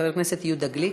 חבר הכנסת יהודה גליק,